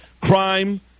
crime